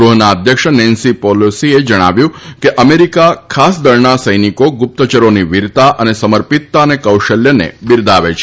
ગૃહના અધ્યક્ષ નેન્સી પેલોસીએ જણાવ્યું હતું કે અમેરિકા ખાસ દળના સૈનિકો ગુપ્તયરોની વિરતા સમર્પિતતા અને કૌશલ્યને બિરદાવે છે